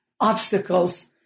obstacles